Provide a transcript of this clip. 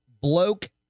bloke